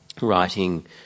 writing